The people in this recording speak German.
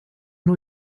new